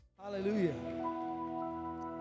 Hallelujah